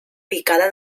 picada